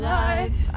life